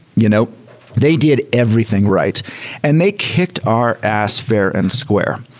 you know they did everything right and they kicked our ass fair and square.